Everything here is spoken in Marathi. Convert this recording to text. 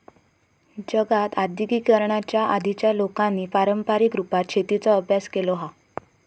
जगात आद्यिगिकीकरणाच्या आधीच्या लोकांनी पारंपारीक रुपात शेतीचो अभ्यास केलो हा